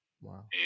Wow